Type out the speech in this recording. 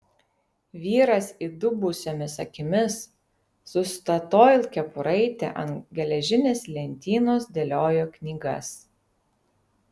vyras įdubusiomis akimis su statoil kepuraite ant geležinės lentynos dėliojo knygas